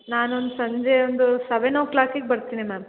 ನಾನು ಒಂದು ಸಂಜೆ ಒಂದು ಸವೆನ್ ಓ ಕ್ಲಾಕಿಗೆ ಬರ್ತೀನಿ ಮ್ಯಾಮ್